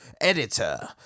editor